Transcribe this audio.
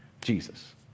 Jesus